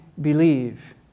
believe